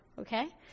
okay